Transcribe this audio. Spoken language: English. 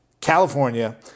California